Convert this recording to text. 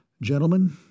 Gentlemen